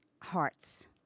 hearts